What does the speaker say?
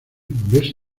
ves